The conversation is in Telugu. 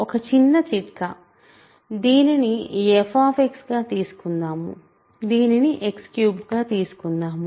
ఒక చిన్న చిట్కా దీనిని f గా తీసుకుందాం దీనిని X3గా తీసుకుందాం